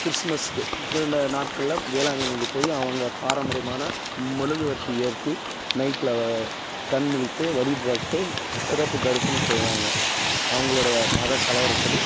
கிறிஸ்மஸ்க்கு இரண்டு நாட்களில் வேளாங்கண்ணிக்கு போய் அவங்க பாரம்பரியமான மெழுகுவர்த்தி ஏற்றி நைட்டில் கண் முழித்து வழிபட்டு சிறப்பு தரிசனம் செய்வாங்க அவங்களுடைய மத கலவரப்படி